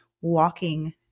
walking